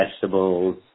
vegetables